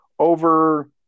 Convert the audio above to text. Over